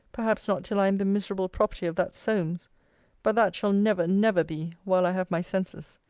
perhaps not till i am the miserable property of that solmes but that shall never, never be, while i have my senses.